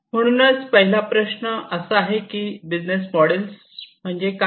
म्हणूनच पहिला प्रश्न असा आहे की बिझनेस मॉडेल्स म्हणजे काय